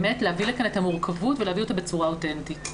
להביא לכאן את המורכבות ולהביא אותה בצורה אותנטית.